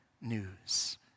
news